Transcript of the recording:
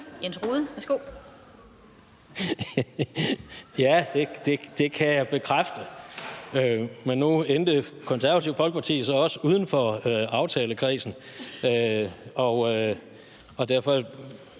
Ja, det kan jeg bekræfte. Men nu endte Det Konservative Folkeparti jo så også uden for aftalekredsen, og derfor